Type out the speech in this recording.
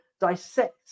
dissect